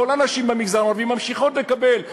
כל הנשים במגזר הערבי ממשיכות לקבל.